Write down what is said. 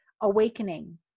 awakening